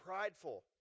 prideful